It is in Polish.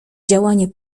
działanie